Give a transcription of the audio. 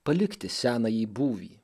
palikti senąjį būvį